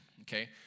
okay